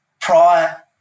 prior